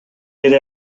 ere